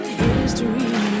history